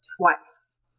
Twice